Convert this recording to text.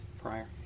prior